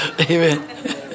Amen